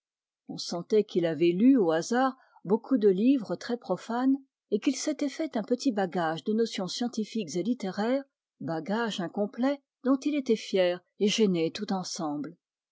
on sentait qu'il avait lu au hasard beaucoup de livres profanes et qu'il s'était fait un petit bagage de notions scientifiques et littéraires bagage incomplet dont il était fier et gêné tout ensemble